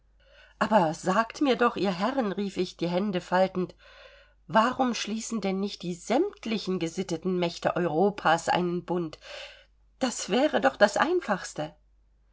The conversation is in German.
aber sagt mir doch ihr herren rief ich die hände faltend warum schließen denn nicht die sämtlichen gesitteten mächte europas einen bund das wäre doch das einfachste